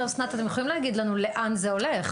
אתם יכולים פחות או יותר להגיד לנו לאן זה הולך.